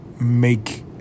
make